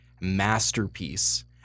masterpiece